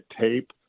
tape